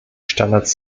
standards